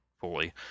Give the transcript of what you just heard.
fully